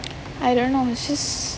I don't know it's just